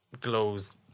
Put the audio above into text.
Glows